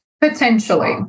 Potentially